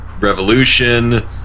Revolution